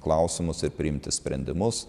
klausimus ir priimti sprendimus